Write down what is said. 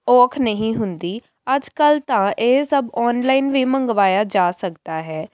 ਔਖ ਨਹੀਂ ਹੁੰਦੀ ਅੱਜ ਕੱਲ੍ਹ ਤਾਂ ਇਹ ਸਭ ਔਨਲਾਈਨ ਵੀ ਮੰਗਵਾਇਆ ਜਾ ਸਕਦਾ ਹੈ